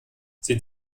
sind